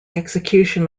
execution